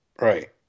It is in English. right